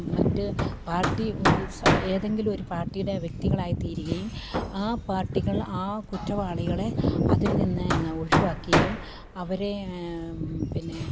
മറ്റ് പാർട്ടി സ ഏതെങ്കിലും ഒരു പാർട്ടിയുടെ വ്യക്തികളായി തീരുകയും ആ പാർട്ടികൾ ആ കുറ്റവാളികളെ അതിൽ നിന്ന് ഒഴിവാക്കുകയും അവരെ പിന്നെ